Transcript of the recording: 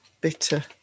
bitter